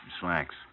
slacks